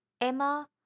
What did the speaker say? Emma